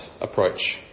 approach